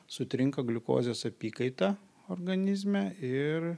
sutrinka gliukozės apykaita organizme ir